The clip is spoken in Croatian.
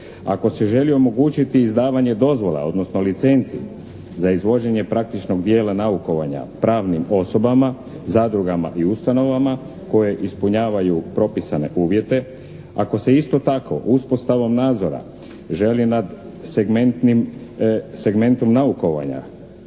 Ako se želi omogućiti izdavanje dozvola odnosno licenci za izvođenje praktičnog dijela naukovanja pravnim osobama, zadrugama i ustanovama koje ispunjavaju propisane uvjete. Ako se isto tako uspostavom nadzora želi nad segmentom naukovanja